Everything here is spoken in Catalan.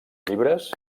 llibres